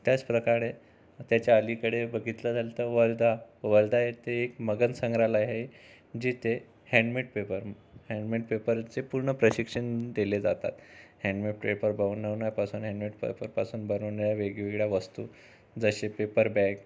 त्याचप्रकारे त्याच्या अलीकडे बघितलं झालं तर वर्धा वर्धा येथे एक मगन संग्रहालय आहे जिथे हँडमेड पेपर हँडमेड पेपरचे पूर्ण प्रशिक्षण दिले जातात हँडमेड पेपर बनवण्यापासून हँडमेड पेपरपासून बनवणाऱ्या वेगवेगळ्या वस्तु जसे पेपर बॅग